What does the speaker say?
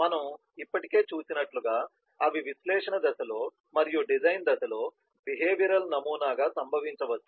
మనం ఇప్పటికే చూసినట్లుగా అవి విశ్లేషణ దశలో మరియు డిజైన్ దశలో బిహేవియరల్ నమూనాగా సంభవించవచ్చు